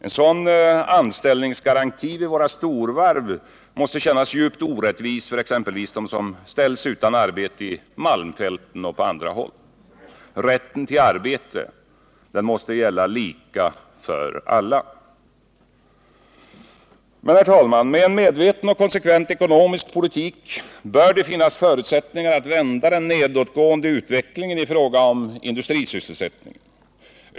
En sådan anställningsgaranti vid våra storvarv måste kännas djupt orättvis för exempelvis dem som ställs utan arbete i malmfälten och på andra håll. Rätten till arbete måste gälla lika för alla. Herr talman! Med en medveten och konsekvent ekonomisk politik bör det finnas förutsättningar att vända den nedåtgående utvecklingen i fråga om industrisysselsättningen.